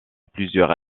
plusieurs